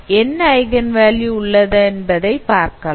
என்ன eigen value உள்ளதென்பதை பார்க்கலாம்